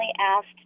asked